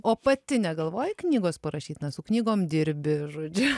o pati negalvoji knygos parašyt nes su knygom dirbi žodžiu